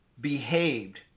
behaved